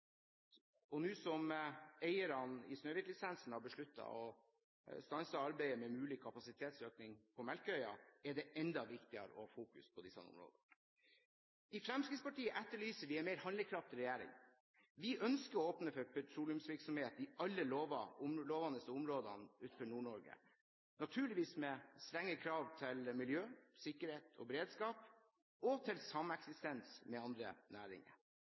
og nå som eierne av Snøhvit-lisensen har besluttet å stanse arbeidet med mulig kapasitetsøkning på Melkøya, er det enda viktigere å fokusere på disse områdene. I Fremskrittspartiet etterlyser vi en mer handlekraftig regjering. Vi ønsker å åpne for petroleumsvirksomhet i alle de lovende områdene utenfor Nord-Norge, naturligvis med strenge krav til miljø, sikkerhet og beredskap og sameksistens med andre næringer.